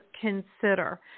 consider